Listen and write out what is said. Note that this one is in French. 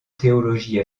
théologie